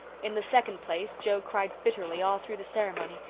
in the second place, joe cried bitterly all through the ceremony,